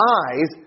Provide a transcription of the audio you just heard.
eyes